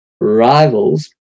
rivals